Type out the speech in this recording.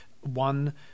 One